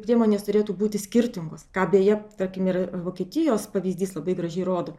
priemonės turėtų būti skirtingos ką beje tarkim ir vokietijos pavyzdys labai gražiai rodo